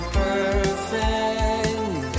perfect